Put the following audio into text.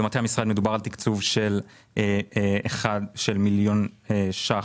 במטה המשרד מדובר על תקצוב של מיליון שקלים